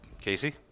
Casey